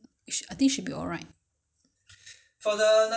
put pandan leaves so you want you wan~ you must go and buy the pandan leaves